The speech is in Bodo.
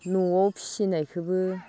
न'आव फिसिनायखोबो